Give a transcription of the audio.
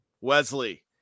Wesley